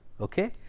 okay